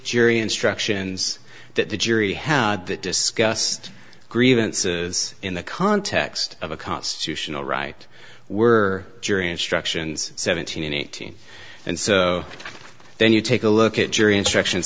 jury instructions that the jury had that discussed grievances in the context of a constitutional right were jury instructions seventeen and eighteen and so then you take a look at jury instruction